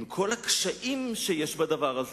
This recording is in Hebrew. עם כל הקשיים שיש בזה,